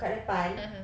kat depan